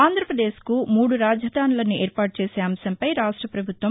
ఆంధ్రప్రదేశ్ కు మూడు రాజధానులను ఏర్పాటు చేసే అంశం పై రాష్ట ప్రభుత్వం